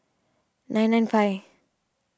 nine nine five